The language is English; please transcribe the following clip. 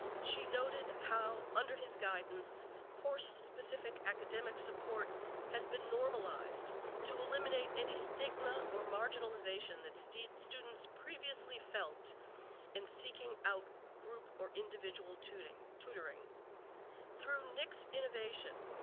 she noted how under his guidance course-specific academic support has been normalized to eliminate any stigma or marginalization that students students previously felt in seeking out group or individual tutoring. through nic's innovation,